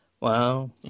Wow